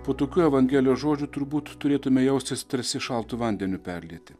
po tokių evangelijos žodžių turbūt turėtume jaustis tarsi šaltu vandeniu perlieti